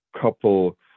couple